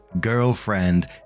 girlfriend